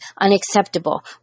unacceptable